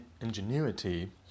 ingenuity